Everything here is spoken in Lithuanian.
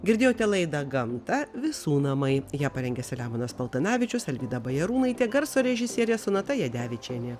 girdėjote laidą gamta visų namai ją parengė selemonas paltanavičius alvyda bajarūnaitė garso režisierė sonata jadevičienė